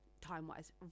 time-wise